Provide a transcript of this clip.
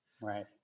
Right